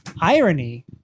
irony